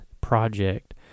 project